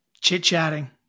chit-chatting